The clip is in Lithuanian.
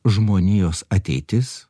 žmonijos ateitis